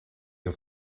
ihr